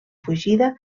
fugida